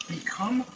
Become